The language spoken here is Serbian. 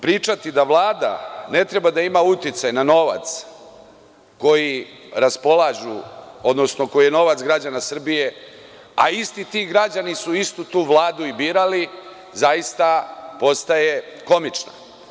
Pričati da Vlada ne treba da ima uticaj na novac kojim raspolažu, odnosno, koji novac građana Srbije, a isti ti građani su istu tu Vladu i birali zaista postoje komična.